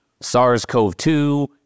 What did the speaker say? SARS-CoV-2